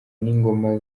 n’ingoma